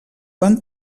van